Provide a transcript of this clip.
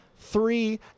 Three